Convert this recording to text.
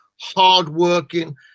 hardworking